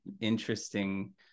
interesting